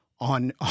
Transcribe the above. On